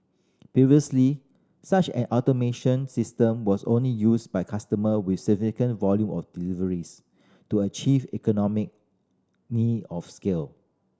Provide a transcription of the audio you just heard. previously such an automation system was only used by customer with significant volume of deliveries to achieve economic of scale